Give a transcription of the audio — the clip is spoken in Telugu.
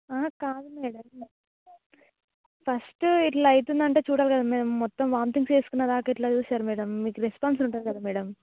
కాదు మేడం ఫస్ట్ ఇట్లా అవుతుంది అంటే చూడాలి కదా మేడం మొత్తం వామిటింగ్స్ చేసుకునే దాకా ఎట్లా చేస్తారు మేడం మీకు రెస్పాన్స్ ఉంటుంది కదా మేడం